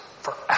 forever